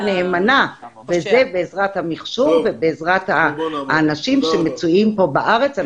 נאמנה וזה בעזרת המחשוב ובעזרת האנשים שמצויים פה בארץ.